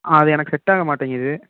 அது எனக்கு செட் ஆக மாட்டேங்குது